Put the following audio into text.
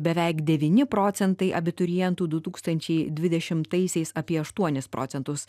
beveik devyni procentai abiturientų du tūkstančiai dvidešimtaisiais apie aštuonis procentus